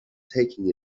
taking